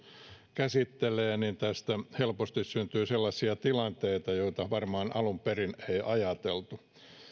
käsittelee valituksia niin tästä helposti syntyy sellaisia tilanteita joita varmaan alun perin ei ajateltu